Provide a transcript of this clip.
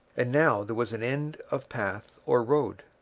and now there was an end of path or road.